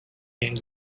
came